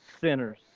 sinners